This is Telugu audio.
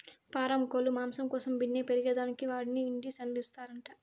పారం కోల్లు మాంసం కోసం బిన్నే పెరగేదానికి వాటికి ఇండీసన్లు ఇస్తారంట